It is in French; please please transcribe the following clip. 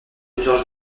plusieurs